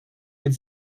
від